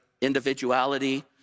individuality